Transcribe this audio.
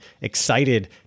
excited